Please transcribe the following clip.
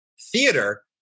theater